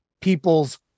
people's